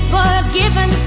forgiven